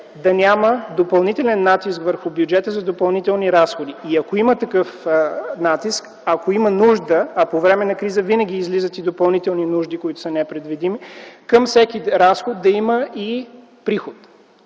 да няма допълнителен натиск върху бюджета за допълнителни разходи. Ако има такъв натиск, ако има нужда, а по време на криза винаги излизат и допълнителни нужди, които са непредвидими, към всеки разход е добре да има и приход